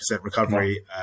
recovery